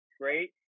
great